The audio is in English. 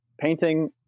painting